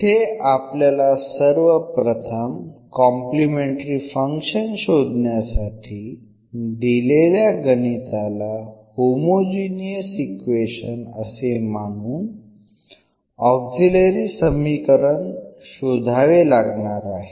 इथे आपल्याला सर्वप्रथम कॉम्प्लिमेंटरी फंक्शन शोधण्यासाठी दिलेल्या गणिताला होमोजिनियस इक्वेशन असे मानून ऑक्झीलरी समीकरण शोधावे लागणार आहे